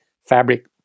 fabric